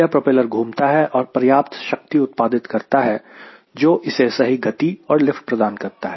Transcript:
यह प्रोपेलर घूमता है और पर्याप्त शक्ति उत्पादित करता है जो इसे सही गति और लिफ्ट प्रदान करता है